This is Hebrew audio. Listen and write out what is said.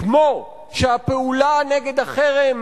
כמו שהפעולה נגד החרם